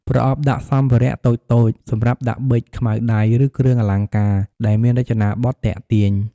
ប្រអប់ដាក់សម្ភារៈតូចៗ សម្រាប់ដាក់ប៊ិច ខ្មៅដៃ ឬគ្រឿងអលង្ការ ដែលមានរចនាបថទាក់ទាញ។